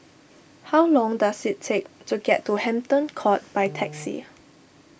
how long does it take to get to Hampton Court by taxi